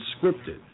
scripted